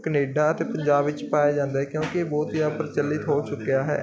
Canada ਤੇ ਪੰਜਾਬ ਵਿੱਚ ਪਾਇਆ ਜਾਂਦਾ ਕਿਉਂਕਿ ਇਹ ਬਹੁਤ ਜਿਆਦਾ ਪ੍ਰਚਲਿਤ ਹੋ ਚੁੱਕਿਆ ਹੈ